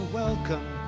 welcome